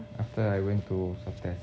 after I went to swab test